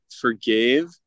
forgave